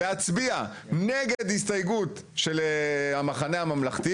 מרשה לעצמו להצביע נגד הסתייגות של המחנה הממלכתי